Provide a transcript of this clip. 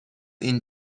این